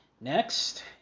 next